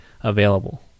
available